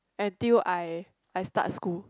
until I I start school